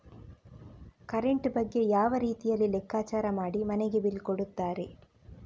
Current ಬಗ್ಗೆ ಯಾವ ರೀತಿಯಲ್ಲಿ ಲೆಕ್ಕಚಾರ ಮಾಡಿ ಮನೆಗೆ ಬಿಲ್ ಕೊಡುತ್ತಾರೆ?